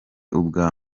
ubwa